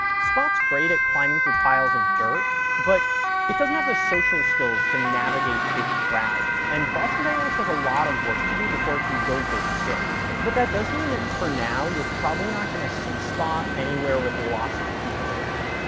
spot's great at climbing through piles of dirt, but it doesn't have the social skills to navigate big crowds. and boston dynamics has a lot of work to do before it can build those skills. but that does mean that for now, you're probably not going to see spot anywhere with lots of people around.